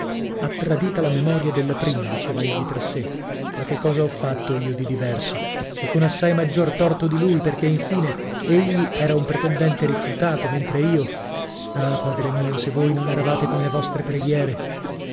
ha tradita la memoria della prima diceva egli tra sè ma che cosa ho fatto io di diverso e con assai maggior torto di lui perchè in fine egli era un pretendente rifiutato mentre io ah padre mio se voi non eravate con le vostre preghiere